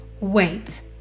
wait